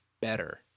better